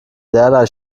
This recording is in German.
derlei